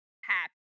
happy